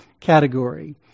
category